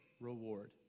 reward